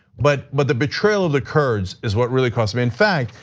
but but the betrayal of the kurds is what really crossed me, in fact,